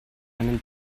einen